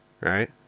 right